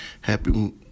Happy